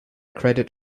credit